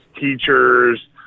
teachers